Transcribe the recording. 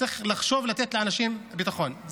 צריך לחשוב לתת לאנשים ביטחון.